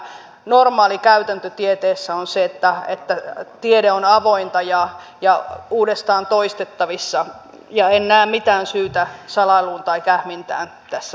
normaali käytäntö tieteessä on se että tiede on avointa ja uudestaan toistettavissa ja en näe mitään syytä salailuun tai kähmintään tässä asiassa